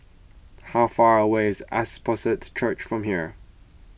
how far away is Apostolic Church from here